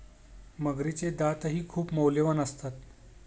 मगरीचे दातही खूप मौल्यवान असतात